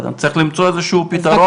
צריך למצוא איזה שהוא פתרון.